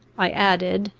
i added,